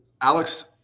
alex